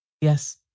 Yes